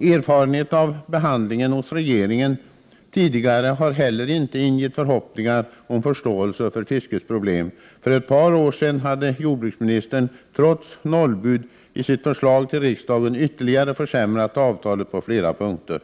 Erfarenhet av behandlingen hos regeringen har tidigare inte heller ingett förhoppningar om förståelse för fiskets problem. För ett par år sedan hade jordbruksministern, trots nollbud, i sitt förslag till riksdagen ytterligare försämrat avtalet på flera punkter.